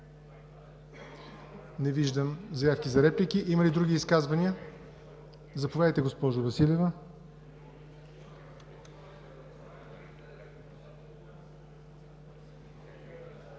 Не виждам заявки за реплики. Има ли други изказвания? Заповядайте, госпожо Василева.